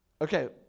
Okay